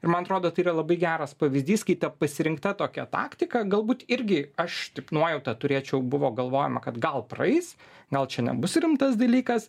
ir man atrodo tai yra labai geras pavyzdys kai ta pasirinkta tokia taktika galbūt irgi aš tik nuojautą turėčiau buvo galvojama kad gal praeis gal čia nebus rimtas dalykas